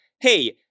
hey